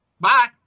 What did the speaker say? Bye